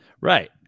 Right